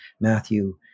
Matthew